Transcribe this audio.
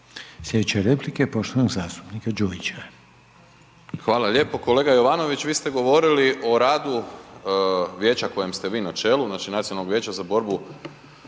Slijedeća replika je poštovanog zastupnika Ivana